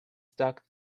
stuck